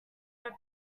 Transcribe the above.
open